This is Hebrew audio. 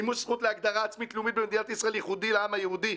מימוש זכות להגדרה עצמית לאומית במדינת ישראל ייחודי לעם היהודי,